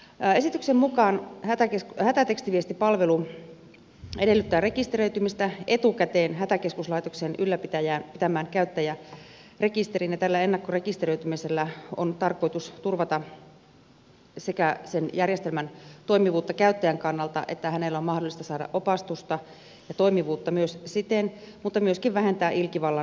esityksen mukaan hätätekstiviestipalvelu edellyttää rekisteröitymistä etukäteen hätäkeskuslaitoksen ylläpitämään käyttäjärekisteriin ja tällä ennakkorekisteröitymisellä on tarkoitus turvata sen järjestelmän toimivuutta käyttäjän kannalta että hänelle on mahdollista saada opastusta ja toimivuutta myös siten mutta myöskin vähentää ilkivallan mahdollisuutta